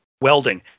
welding